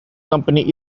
company